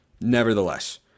Nevertheless